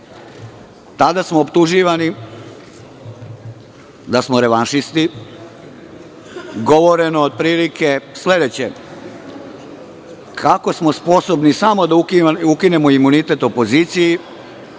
Tada smo optuživani da smo revanšisti, govoreno je otprilike sledeće, kako smo sposobni samo da ukinemo imunitet opoziciji,